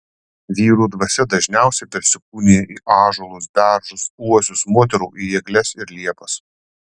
vyrų dvasia dažniausiai persikūnija į ąžuolus beržus uosius moterų į egles ir liepas